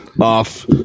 Off